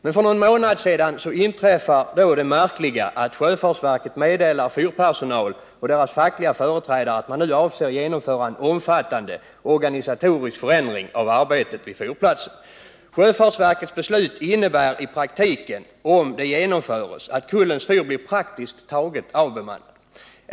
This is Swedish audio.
Men för någon månad sedan inträffade det märkliga att sjöfartsverket meddelade fyrpersonalen och dess fackliga företrädare att man nu avser att genomföra en omfattande organisatorisk förändring av arbetet vid fyrplatsen. Sjöfartsverkets beslut innebär i praktiken, om det genomförs, att Kullens fyr blir praktiskt taget avbemannad.